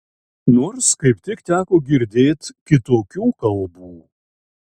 nors kaip tik teko girdėt kitokių kalbų